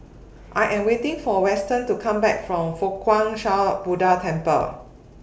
I Am waiting For Weston to Come Back from Fo Guang Shan Buddha Temple